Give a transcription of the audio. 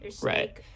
right